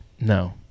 No